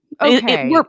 Okay